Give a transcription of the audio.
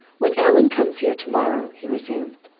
when allan comes here to-morrow he resumed,